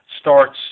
starts